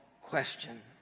question